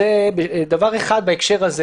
זה דבר אחד בהקשר הזה